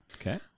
Okay